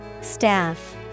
Staff